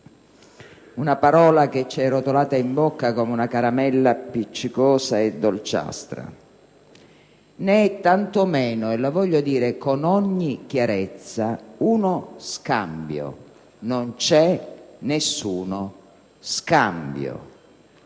una parola che ci è rotolata in bocca come una caramella appiccicosa e dolciastra. Né è tantomeno, lo voglio dire con ogni chiarezza, uno scambio: non c'è nessuno scambio!